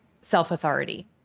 self-authority